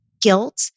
guilt